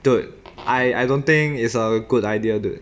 dude I I don't think is a good idea dude